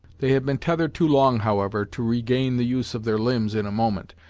they had been tethered too long, however, to regain the use of their limbs in a moment,